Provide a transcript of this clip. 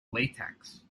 latex